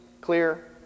clear